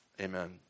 Amen